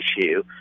issue